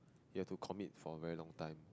you have to commit for a long time